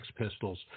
Pistols